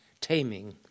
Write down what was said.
taming